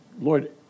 Lord